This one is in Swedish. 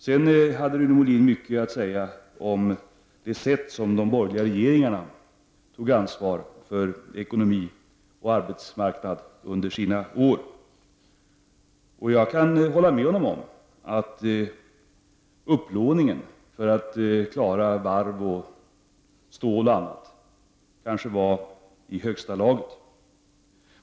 Sedan hade Rune Molin mycket att säga om det sätt på vilket det borgerliga regeringarna tog ansvar för ekonomi och arbetsmarknad under sina år. Jag kan hålla med honom om att upplåningen för att klara varv, stål och annat kanske var i högsta laget.